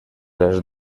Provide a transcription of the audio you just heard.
les